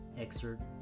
excerpt